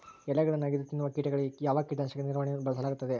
ಎಲೆಗಳನ್ನು ಅಗಿದು ತಿನ್ನುವ ಕೇಟಗಳಿಗೆ ಯಾವ ಕೇಟನಾಶಕದ ನಿರ್ವಹಣೆಯನ್ನು ಬಳಸಲಾಗುತ್ತದೆ?